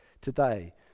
today